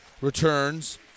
returns